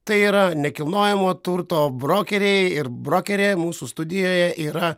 tai yra nekilnojamo turto brokeriai ir brokerė mūsų studijoje yra